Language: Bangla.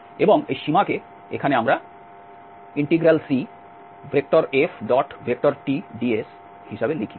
এবং এই সীমাকে এখানে আমরা CFTds হিসাবে লিখি